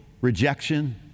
rejection